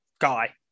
guy